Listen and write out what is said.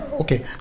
okay